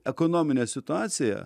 ekonominę situaciją